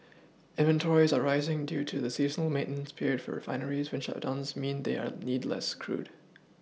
inventories are rising due to the seasonal maintenance period for refineries when shutdowns mean they are need less crude